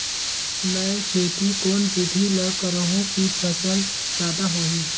मै खेती कोन बिधी ल करहु कि फसल जादा होही